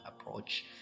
approach